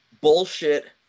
bullshit